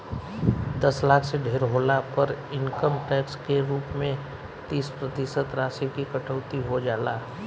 दस लाख से ढेर होला पर इनकम टैक्स के रूप में तीस प्रतिशत राशि की कटौती हो जाला